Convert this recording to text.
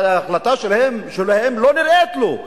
וההחלטה שלהם לא נראית לו.